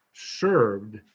served